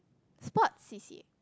sports C_C_A